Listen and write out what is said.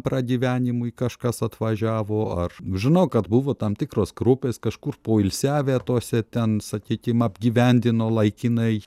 pragyvenimui kažkas atvažiavo ar žinau kad buvo tam tikros grupės kažkur poilsiavę tose ten sakykim apgyvendino laikinai